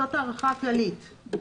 זאת הארכה כללית.